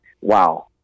wow